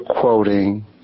quoting